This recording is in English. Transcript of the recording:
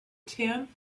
tenth